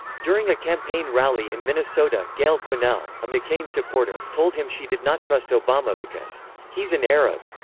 during a campaign rally in minnesota, gayle quinnell, a mccain supporter, told him she did not trust obama because he's an arab.